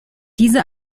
diese